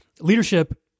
leadership